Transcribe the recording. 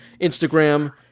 Instagram